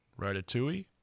Ratatouille